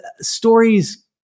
stories